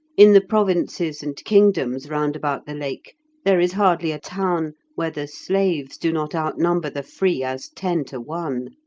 in the provinces and kingdoms round about the lake there is hardly a town where the slaves do not outnumber the free as ten to one.